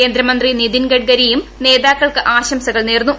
കേന്ദ്രമന്ത്രി നിതിൻ ഗഡ്കരിയും നേതാക്കൾക്ക് ആശംസകൾ നേർന്നു